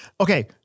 okay